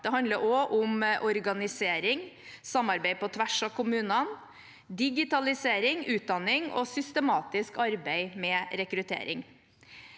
Det handler også om organisering, samarbeid på tvers av kommunene, digitalisering, utdanning og systematisk arbeid med rekruttering.